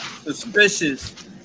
suspicious